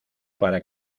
para